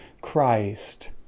christ